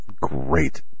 great